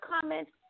comments